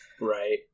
Right